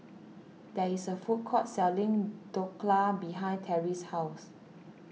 there is a food court selling Dhokla behind Terrie's house